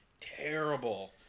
terrible